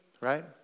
Right